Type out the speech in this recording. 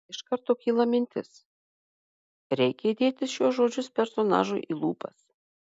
iš karto kyla mintis reikia įdėti šiuos žodžius personažui į lūpas